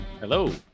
Hello